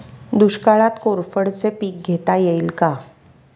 दुष्काळात कोरफडचे पीक घेता येईल का?